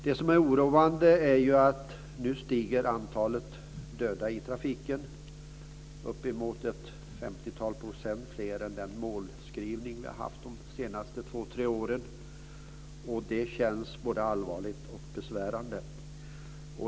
Det som är oroande är ju att antalet döda i trafiken nu stiger, med uppemot 50 % fler än den målskrivning vi har haft de senaste två tre åren. Det känns både allvarligt och besvärande.